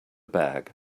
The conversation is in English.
bag